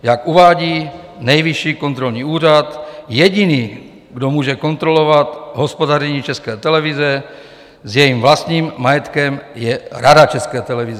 Jak uvádí Nejvyšší kontrolní úřad, jediný, kdo může kontrolovat hospodaření České televize s jejím vlastním majetkem, je Rada České televize.